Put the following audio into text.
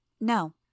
No